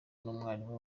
n’umwarimu